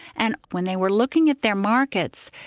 and when they were looking at their markets,